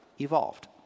evolved